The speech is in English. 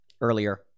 earlier